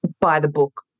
by-the-book